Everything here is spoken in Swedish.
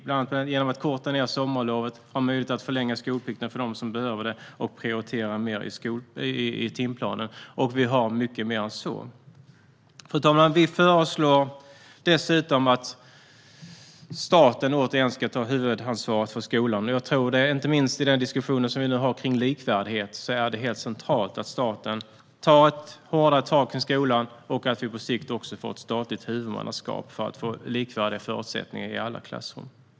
Bland annat vill vi att sommarlovet ska förkortas och att det ska vara möjligt att förlänga skolplikten för dem som behöver det och att det ska vara möjligt att prioritera mer i timplanen. Och vi har många fler förslag än så. Fru talman! Dessutom föreslår vi att staten återigen ska ta huvudansvaret för skolan. Inte minst med tanke på den diskussion som vi nu har om likvärdighet är det helt centralt att staten tar ett hårdare tag kring skolan och att vi på sikt får ett statligt huvudmannaskap för att förutsättningarna ska bli likvärdiga i alla klassrum.